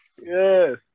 Yes